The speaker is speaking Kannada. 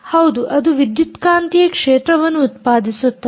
ಹೌದು ಅದು ವಿದ್ಯುತ್ಕಾಂತಿಯ ಕ್ಷೇತ್ರವನ್ನು ಉತ್ಪಾದಿಸುತ್ತದೆ